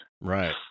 Right